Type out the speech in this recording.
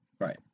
Right